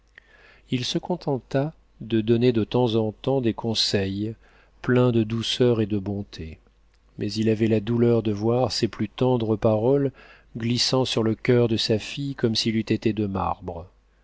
il se contenta de donner de temps en temps des conseils pleins de douceur et de bonté mais il avait la douleur de voir ses plus tendres paroles glissant sur le coeur de sa fille comme s'il eût été de marbre